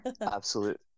Absolute